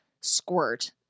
Squirt